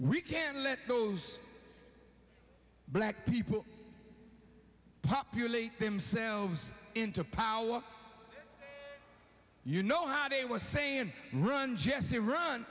we can let those black people popularly themselves into power well you know how they were saying run jesse run